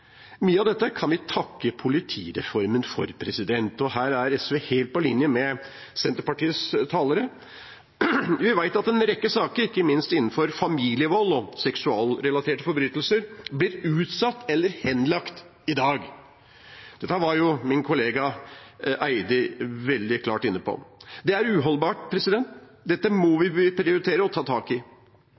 Mye av dette kan vi takke politireformen for. Her er SV helt på linje med Senterpartiets talere. Vi vet at en rekke saker, ikke minst innenfor familievold og seksualrelaterte forbrytelser, i dag blir utsatt eller henlagt. Dette var min kollega Eide veldig klart inne på. Det er uholdbart, dette må vi prioritere å ta tak i.